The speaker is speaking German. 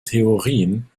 theorien